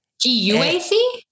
G-U-A-C